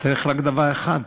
צריך רק דבר אחד,